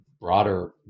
broader